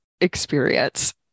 experience